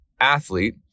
athlete